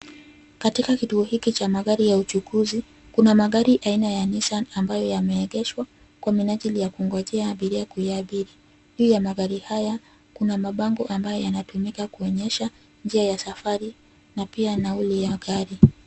Katika kituo hiki cha magari ya uchukuzi kuna magari aina ya nissana ambayo yameengeshwa kwa minajili ya kungojea abiria kuiabiri .Juu ya magari haya, kuna mabango ambayo yanatumika kuonyesha njia ya safari na pia nauli ya gari.